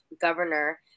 Governor